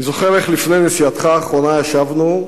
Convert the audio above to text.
אני זוכר איך לפני נסיעתך האחרונה ישבנו,